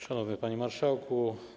Szanowny Panie Marszałku!